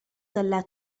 dalla